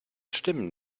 stimmen